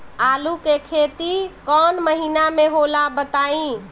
आलू के खेती कौन महीना में होला बताई?